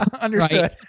Understood